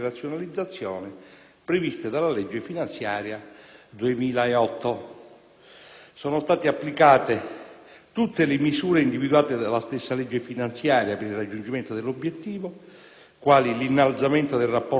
previste dalla legge finanziaria 2008. Sono state applicate tutte le misure individuate dalla stessa legge finanziaria per il raggiungimento dell'obiettivo, quali l'innalzamento del rapporto alunni-classe,